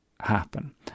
happen